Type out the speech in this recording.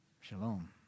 Shalom